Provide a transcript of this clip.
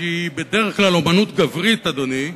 שהיא בדרך כלל אמנות גברית, אדוני,